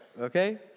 Okay